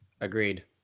Agreed